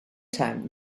time